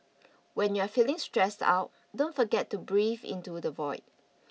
when you are feeling stressed out don't forget to breathe into the void